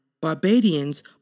Barbadians